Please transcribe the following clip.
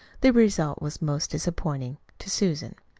the result was most disappointing to susan.